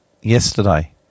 yesterday